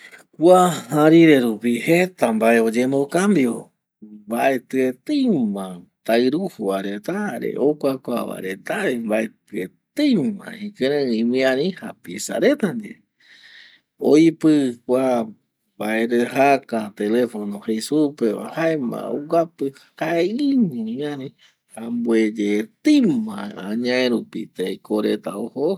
Kua arire rupi jeta mbae oyemokambio mbaetɨ etei ma taɨruju va reta jare okua kua va reta ave mbaetɨ etei ma ikɨrei imiari japisa reta ndie oipɨ kua mbae rejaka telefono jei supe va jaema oguapɨ jaeiño imiari, ambueye eteima añae rupi teko reta ojo ojo